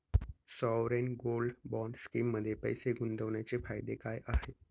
Sovereign gold bond स्कीममध्ये पैसे गुंतवण्याचे फायदे काय आहेत?